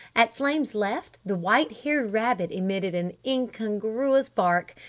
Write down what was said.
at flame's left, the white-haired rabbit emitted an incongruous bark.